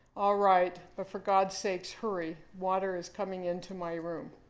all right, but for god sakes hurry. water is coming into my room.